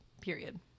Period